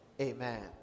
amen